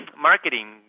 marketing